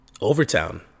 Overtown